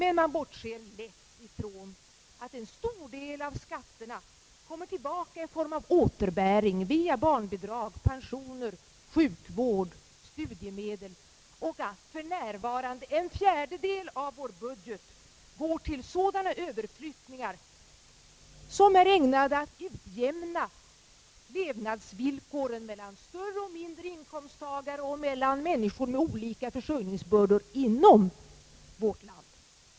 Men man bortser lätt ifrån att en stor del av skatterna kommer tillbaka i form av återbäring via barnbidrag, pension, sjukvård och studiemedel, och att för närvarande en fjärdedel av vår budget går till sådana överflyttningar som är ägnade att utjämna livsvillkoren mellan större och mindre inkomsttagare och mellan människor med olika försörjningsbördor inom vårt land.